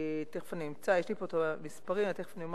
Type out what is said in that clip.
תיכף אמצא, יש לי פה המספרים, ותיכף אומר